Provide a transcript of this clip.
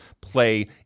play